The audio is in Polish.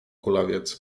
kulawiec